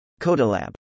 Codalab